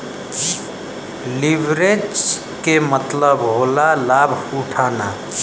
leverage के मतलब होला लाभ उठाना